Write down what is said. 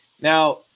Now